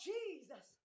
Jesus